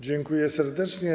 Dziękuję serdecznie.